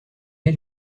est